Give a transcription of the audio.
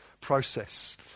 process